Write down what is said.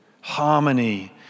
Harmony